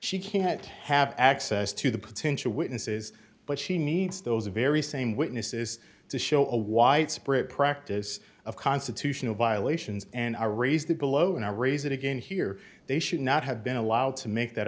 she can't have access to the potential witnesses but she needs those very same witnesses to show a widespread practice of constitutional violations and i raise that below and i raise it again here they should not have been allowed to make that